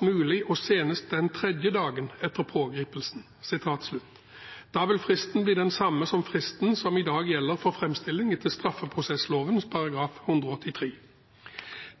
mulig, og senest den tredje dagen etter pågripelsen». Da vil fristen bli den samme som fristen som i dag gjelder for framstilling etter straffeprosessloven § 183.